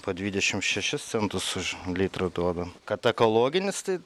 po dvidešim šešis centus už litrą duoda kad ekologinis tai